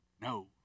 no